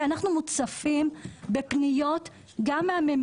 אנחנו מוצפים בפניות לא רק מהם,